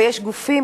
ויש גופים,